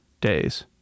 days